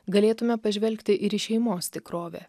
galėtume pažvelgti ir į šeimos tikrovę